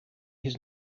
his